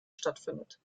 stattfindet